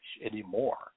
anymore